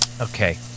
Okay